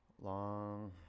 Long